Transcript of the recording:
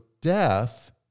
death